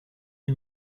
the